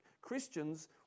Christians